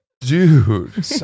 Dude